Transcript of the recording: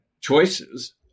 choices